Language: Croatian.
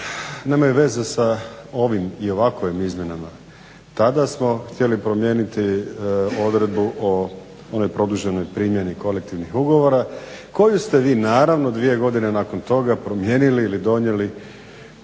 nemaju veze sa ovim i ovakvim Izmjenama. Tada smo htjeli promijeniti odredbu o onoj produženoj primjeni kolektivnih ugovora koju ste vi naravno dvije godine nakon toga promijenili ili donijeli